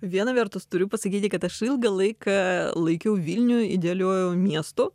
viena vertus turiu pasakyti kad aš ilgą laiką laikiau vilnių idealiuoju miestu